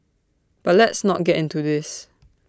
but let's not get into this